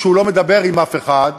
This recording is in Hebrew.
שהוא לא מדבר עם אף אחד,